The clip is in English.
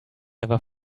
ever